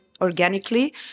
organically